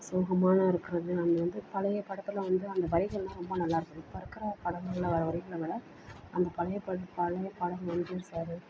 சோகமாலாம் இருக்கிறது அது வந்து பழைய படத்தில் வந்து அந்த வரிகள்லாம் ரொம்ப நல்லாயிருக்கும் இப்போ இருக்கிற படங்களில் வர வரிகளை விட அந்த பழைய ப பழைய பாடல் எம்ஜிஆர் சாரு